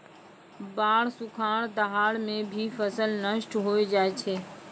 बाढ़, सुखाड़, दहाड़ सें भी फसल नष्ट होय जाय छै